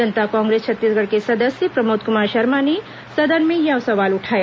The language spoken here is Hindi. जनता कांग्रेस छत्तीसगढ़ के सदस्य प्रमोद कुमार शर्मा ने सदन में यह सवाल उठाया